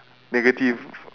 negative